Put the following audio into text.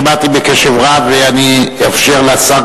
שמעתי בקשב רב ואני אאפשר לשר,